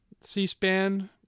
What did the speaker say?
C-SPAN